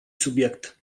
subiect